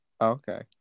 Okay